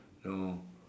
know